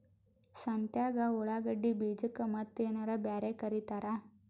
ಸಂತ್ಯಾಗ ಉಳ್ಳಾಗಡ್ಡಿ ಬೀಜಕ್ಕ ಮತ್ತೇನರ ಬ್ಯಾರೆ ಕರಿತಾರ?